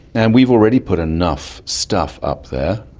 and we've already put enough stuff up there,